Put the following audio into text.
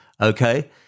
okay